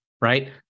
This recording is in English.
right